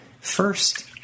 First